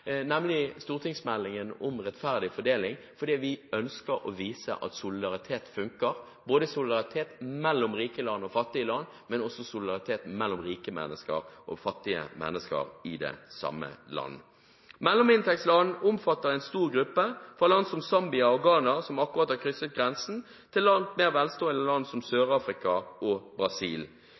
nemlig stortingsmeldingen om rettferdig fordeling, for vi ønsker å vise at solidaritet funker – solidaritet mellom rike land og fattige land, men også solidaritet mellom rike mennesker og fattige mennesker i samme land. Mellominntektsland omfatter en stor gruppe, fra land som Zambia og Ghana, som akkurat har krysset grensen fra å være lavinntektsland, til langt mer velstående land som Sør-Afrika og Brasil.